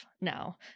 now